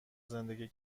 زندگی